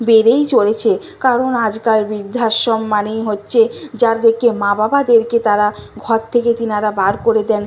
বেড়েই চলেছে কারণ আজকাল বৃদ্ধাশ্রম মানেই হচ্ছে যাদেরকে মা বাবাদেরকে তারা ঘর থেকে তিনারা বার করে দেন